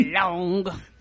long